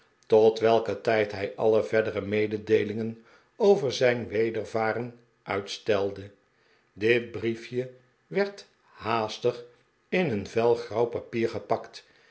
tot welken tijd hij alle verdere mededeelingen over zijn wedervaren uitstelde dit brief je werd haastig in een vel grauw papier gepakt